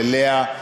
ללאה,